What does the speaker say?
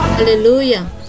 Hallelujah